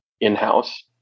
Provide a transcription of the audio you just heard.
in-house